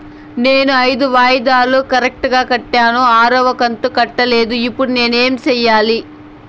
నేను ఐదు వాయిదాలు కరెక్టు గా కట్టాను, ఆరవ కంతు కట్టలేదు, ఇప్పుడు నేను ఏమి సెయ్యాలి?